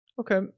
Okay